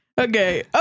okay